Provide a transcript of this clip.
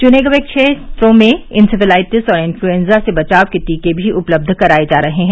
चुने गये क्षेत्रों में इनसेफेलाइटिस और इन्फ्लुएन्जा से बचाव के टीके भी उपलब्ध कराए जा रहे हैं